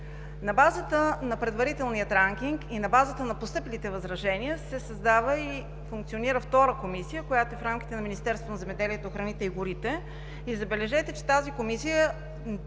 На базата на предварителния ранкинг и на постъпилите възражения се създава и функционира втора комисия, която е в рамките на Министерството на земеделието, храните и горите.